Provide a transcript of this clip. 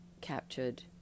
captured